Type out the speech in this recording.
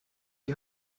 die